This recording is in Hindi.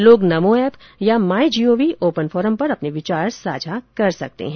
लोग नमो ऐप या माई जीओवी ओपन फोरम पर अपने विचार साझा कर सकते हैं